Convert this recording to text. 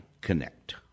connect